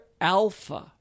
alpha